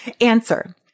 Answer